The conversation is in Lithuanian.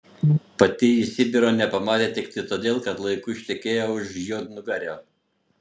pati ji sibiro nepamatė tiktai todėl kad laiku ištekėjo už juodnugario